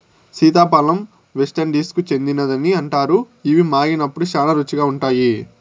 సీతాఫలం వెస్టిండీస్కు చెందినదని అంటారు, ఇవి మాగినప్పుడు శ్యానా రుచిగా ఉంటాయి